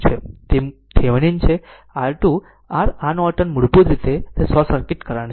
તે Thevenin R2 r iNorton મૂળભૂત રીતે તે શોર્ટ સર્કિટ કરંટ છે